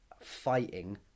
fighting